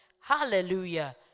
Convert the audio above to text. Hallelujah